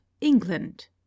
England